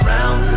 Round